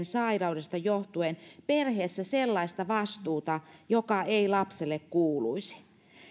sairaudesta johtuen perheessä sellaista vastuuta joka ei lapselle kuuluisi